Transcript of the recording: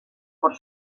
por